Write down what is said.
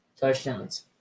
touchdowns